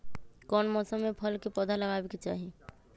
कौन मौसम में फल के पौधा लगाबे के चाहि?